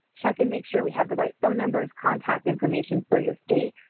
check and make sure we have the right phone numbers, contact information for your state.